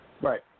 Right